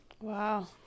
Wow